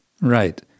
Right